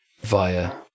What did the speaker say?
via